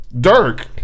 Dirk